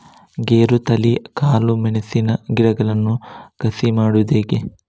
ಗೇರುತಳಿ, ಕಾಳು ಮೆಣಸಿನ ಗಿಡಗಳನ್ನು ಕಸಿ ಮಾಡುವುದು ಹೇಗೆ?